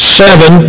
seven